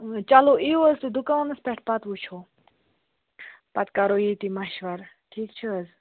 چلو یِیِو حظ تُہۍ دُکانَس پٮ۪ٹھ پَتہٕ وٕچھو پَتہٕ کَرو ییٚتی مَشوَرٕ ٹھیٖک چھِ حظ